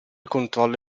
controllo